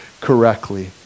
correctly